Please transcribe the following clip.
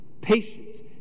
patience